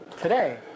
today